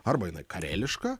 arba jinai kareliška